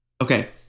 Okay